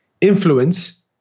Influence